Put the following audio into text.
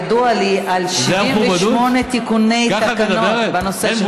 ידוע לי על 78 תיקוני תקנות בנושא,